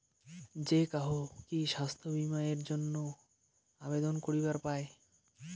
যে কাহো কি স্বাস্থ্য বীমা এর জইন্যে আবেদন করিবার পায়?